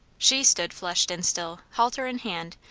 she stood flushed and still, halter in hand,